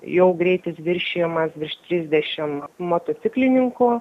jau greitis viršijamas virš trisdešim motociklininkų